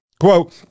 quote